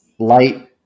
light